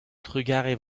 trugarez